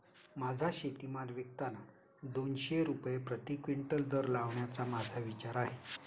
माझा शेतीमाल विकताना दोनशे रुपये प्रति क्विंटल दर लावण्याचा माझा विचार आहे